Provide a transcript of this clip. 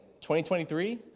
2023